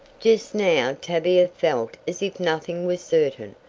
just now tavia felt as if nothing was certain,